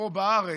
פה בארץ.